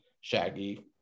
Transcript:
shaggy